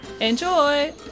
Enjoy